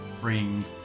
bring